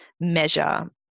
measure